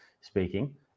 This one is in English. speaking